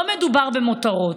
לא מדובר במותרות.